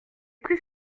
plus